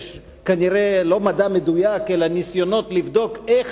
יש כנראה לא מדע מדויק אלא ניסיונות לבדוק איך